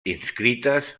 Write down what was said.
inscrites